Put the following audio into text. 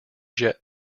jet